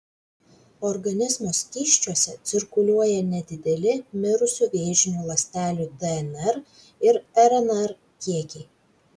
organizmo skysčiuose cirkuliuoja nedideli mirusių vėžinių ląstelių dnr ir rnr kiekiai